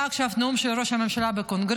היה עכשיו נאום של ראש הממשלה בקונגרס,